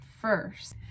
first